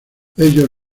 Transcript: ellos